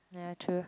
nature